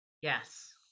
yes